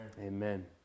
Amen